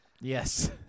Yes